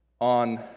on